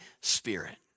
Spirit